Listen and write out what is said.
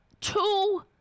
two